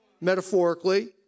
metaphorically